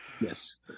Yes